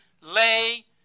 lay